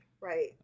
Right